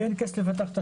ואין כסף לתשתיות.